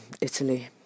Italy